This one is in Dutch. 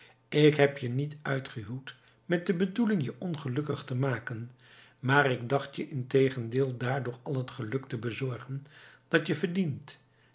ik heb je niet uitgehuwd met de bedoeling je ongelukkig te maken maar ik dacht je integendeel daardoor al het geluk te bezorgen dat je verdient